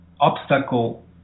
obstacle